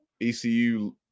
ECU